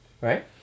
right